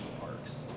parks